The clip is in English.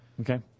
okay